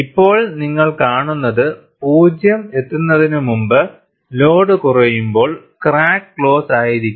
ഇപ്പോൾ നിങ്ങൾ കാണുന്നത് 0 എത്തുന്നതിനുമുമ്പ് ലോഡ് കുറയുമ്പോൾ ക്രാക്ക് ക്ലോസ് ആയിരിക്കും